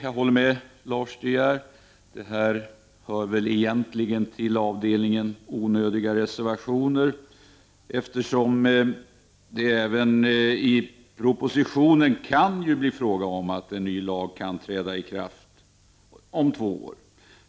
Jag håller med Lars De Geer om att denna reservation hör till avdelningen för onödiga reservationer, eftersom det även enligt propositionen kan bli fråga om att en ny lag träder i kraft om två år.